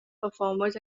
performers